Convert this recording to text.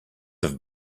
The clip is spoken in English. have